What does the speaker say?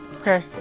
Okay